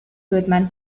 goodman